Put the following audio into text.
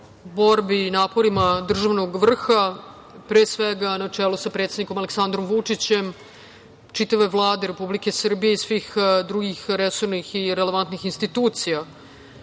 borbi i naporima državnog vrha, pre svega na čelu sa predsednikom Aleksandrom Vučićem, čitave Vlade Republike Srbije i svih drugih resornih i relevantnih institucija. Nastavićemo